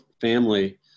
family